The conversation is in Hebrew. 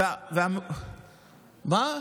זה הנאום הבא שלי,